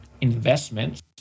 investments